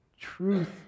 Truth